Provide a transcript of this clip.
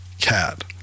Cat